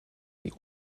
die